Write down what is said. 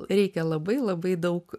reikia labai labai daug